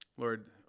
Lord